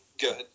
good